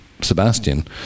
Sebastian